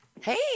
Hey